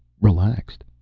relaxed.